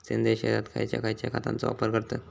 सेंद्रिय शेतात खयच्या खयच्या खतांचो वापर करतत?